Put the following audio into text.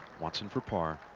watson for par.